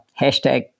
Hashtag